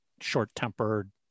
short-tempered